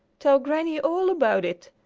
tell granny all about it!